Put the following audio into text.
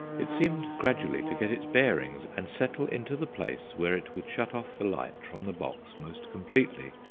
it seemed gradually to get its bearings and settle into the place where it would shut off the light from the box most completely.